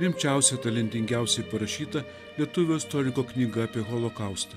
rimčiausia talentingiausiai parašyta lietuvių istoriko knyga apie holokaustą